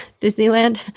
Disneyland